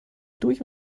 durch